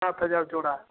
सात हज़ार जोड़ा